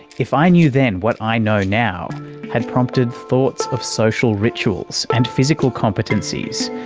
if i knew then what i know now had prompted thoughts of social rituals and physical competencies,